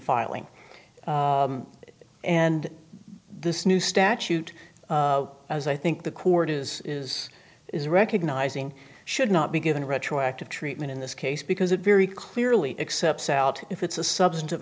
filing and this new statute as i think the court is is is recognizing should not be given retroactive treatment in this case because it very clearly excepts out if it's a substantive